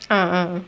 ah ah